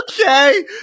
Okay